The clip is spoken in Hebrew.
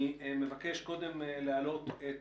אני מבקש להעלות את